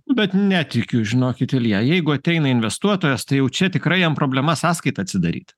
bet netikiu žinokit ilja jeigu ateina investuotojas tai jau čia tikrai jam problema sąskaitą atsidaryt